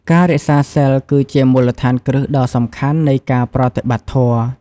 ការរក្សាសីល គឺជាមូលដ្ឋានគ្រឹះដ៏សំខាន់នៃការប្រតិបត្តិធម៌។